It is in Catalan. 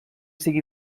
sigui